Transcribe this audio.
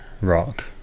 rock